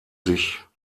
sich